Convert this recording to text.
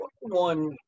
one